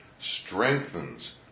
strengthens